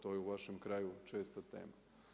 To je u vašem kraju česta tema.